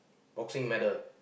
boxing medal